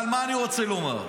אבל מה אני רוצה לומר?